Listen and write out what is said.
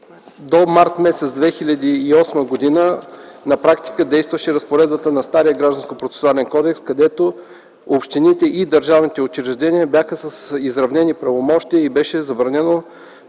До м. март 2008 г. на практика действаше разпоредбата на стария Гражданско-процесуален кодекс, където общините и държавните учреждения бяха с изравнени правомощия и беше забранено